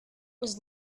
was